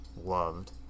loved